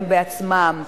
הם עצמם,